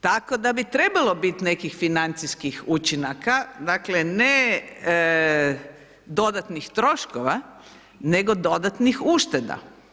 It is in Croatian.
Tako da bi trebalo bit nekih financijskih učinaka, dakle, ne dodatnih troškova, nego dodatnih ušteda.